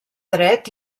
dret